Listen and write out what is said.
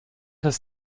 des